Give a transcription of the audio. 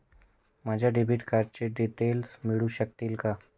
माझ्या डेबिट कार्डचे डिटेल्स मिळू शकतील का?